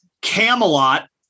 Camelot